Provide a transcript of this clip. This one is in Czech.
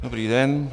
Dobrý den.